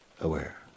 aware